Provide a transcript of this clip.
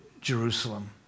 Jerusalem